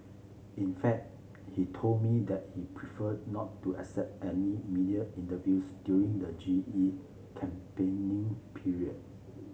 in fact he told me that he preferred not to accept any media interviews during the G E campaigning period